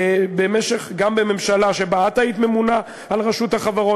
גם בממשלה שבה את היית ממונה על רשות החברות,